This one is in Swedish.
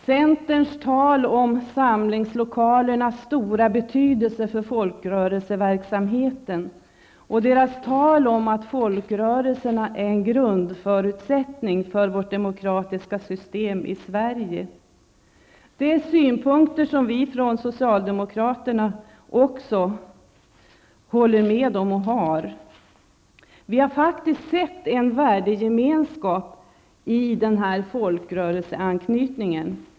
Centerns tal om samlingslokalernas stora betydelse för folkrörelseverksamheten och dess tal om att folkrörelserna är en grundförutsättning för vårt demokratiska system i Sverige instämmer vi socialdemokrater helt i. Vi har faktiskt upplevt en värdegemenskap i den folkrörelseanknytningen.